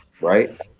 Right